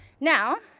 now,